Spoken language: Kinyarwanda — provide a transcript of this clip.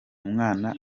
umwana